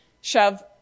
shove